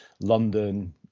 London